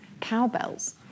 cowbells